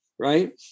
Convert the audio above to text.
right